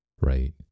right